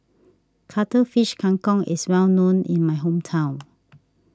Cuttlefish Kang Kong is well known in my hometown